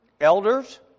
Elders